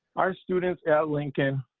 our students that lincoln